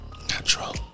Natural